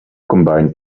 combined